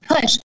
push